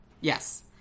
yes